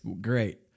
great